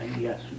yes